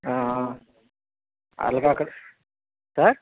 ఆ అలాగే అక్కడ సార్